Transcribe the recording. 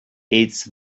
its